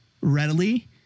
readily